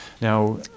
Now